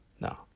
No